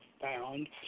found